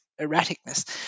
erraticness